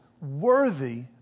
worthy